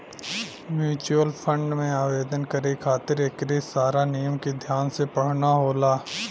mutual fund में आवेदन करे खातिर एकरे सारा नियम के ध्यान से पढ़ना होला